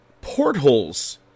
portholes